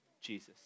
Jesus